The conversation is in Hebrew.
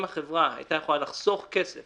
אם החברה היתה יכולה לחסוך כסף